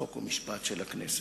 חוק ומשפט של הכנסת.